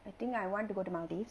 I think I want to go to maldives